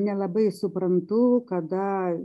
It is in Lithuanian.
nelabai suprantu kada